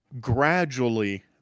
gradually